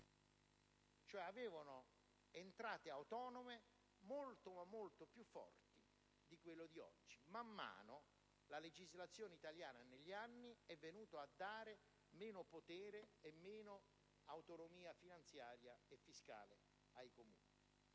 oggi. Avevano entrate autonome molto, ma molto più cospicue di quelle di oggi. Man mano, la legislazione italiana negli anni è venuta a dare meno potere e meno autonomia finanziaria e fiscale ai Comuni.